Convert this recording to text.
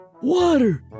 Water